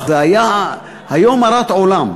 זה היה "היום הרת עולם".